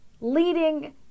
leading